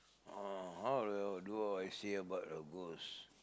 oh how I do do I say about a ghost